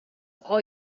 all